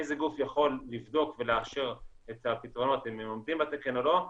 איזה גוף יכול לבדוק ולאשר את הפתרונות אם הם עומדים בתקן או לא,